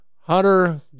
hunter